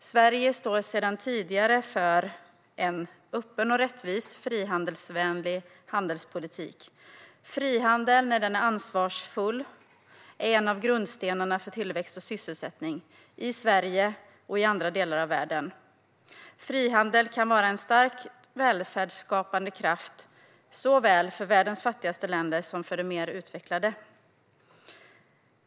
Sverige står sedan tidigare för en öppen och rättvis, frihandelsvänlig handelspolitik. Frihandel är, när den är ansvarsfull, en av grundstenarna för tillväxt och sysselsättning i Sverige och i andra delar av världen. Frihandel kan vara en starkt välfärdsskapande kraft såväl för världens fattigaste länder som för de mer utvecklade.